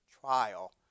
trial